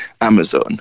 Amazon